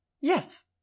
Yes